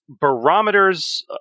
barometers